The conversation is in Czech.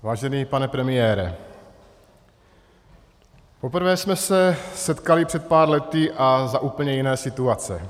Vážený pane premiére, poprvé jsme se setkali před pár lety a za úplně jiné situace.